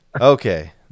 Okay